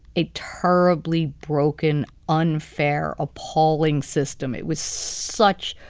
a terribly broken, unfair, appalling system. it was such,